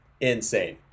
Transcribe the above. insane